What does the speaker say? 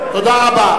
תודה רבה.